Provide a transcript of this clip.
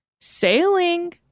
Sailing